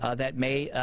ah that may